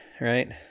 right